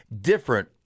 different